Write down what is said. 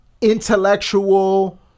intellectual